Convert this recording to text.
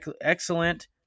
excellent